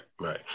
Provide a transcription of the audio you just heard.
right